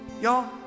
Y'all